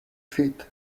feet